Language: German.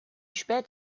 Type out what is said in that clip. spät